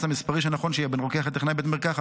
המספרי הנכון שיהיה בין רוקח לטכנאי בית מרקחת,